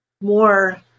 more